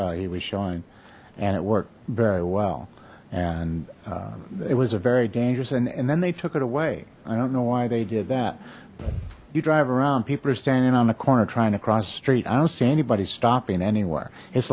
what he was showing and it worked very well and it was a very dangerous and then they took it away i don't know why they did that you drive around people are standing on the corner trying to cross the street i don't see anybody stopping anywhere it's